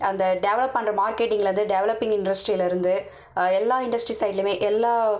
அந்த டெவலப் பண்ணுற மார்கெட்டிங்லேந்து டெவலப்பிங் இன்டஸ்ட்ரிலேருந்து எல்லா இன்டஸ்ட்ரி சைடுலேயுமே எல்லா